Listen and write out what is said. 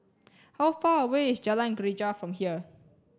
how far away is Jalan Greja from here